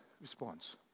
response